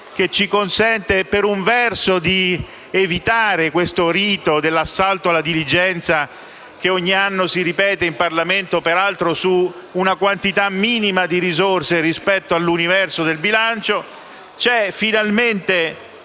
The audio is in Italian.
che ci consente di evitare questo rito dell'assalto alla diligenza che ogni anno si ripete in Parlamento, peraltro su una quantità minima di risorse rispetto all'universo del bilancio. C'è finalmente